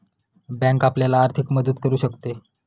bank आपल्याला आर्थिक मदत करू शकते